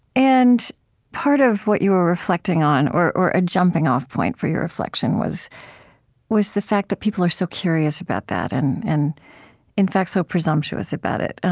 and part of what you were reflecting on, or or a jumping-off point for your reflection was was the fact that people are so curious about that, and and in fact, so presumptuous about it. and